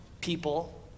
people